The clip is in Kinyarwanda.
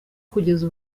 kugeza